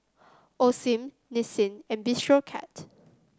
Osim Nissin and Bistro Cat